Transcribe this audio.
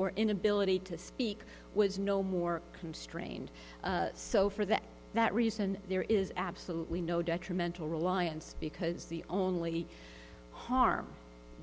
or inability to speak was no more constrained so for that that reason there is absolutely no detrimental reliance because the only harm